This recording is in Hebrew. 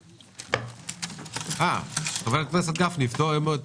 הישיבה ננעלה בשעה 10:42.